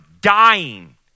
dying